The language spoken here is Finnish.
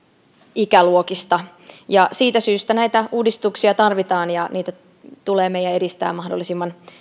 ikäluokista ja siitä syystä näitä uudistuksia tarvitaan ja niitä tulee meidän edistää mahdollisimman